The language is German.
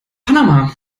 panama